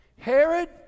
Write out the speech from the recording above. Herod